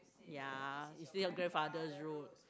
ya is still your grandfather's road